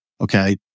Okay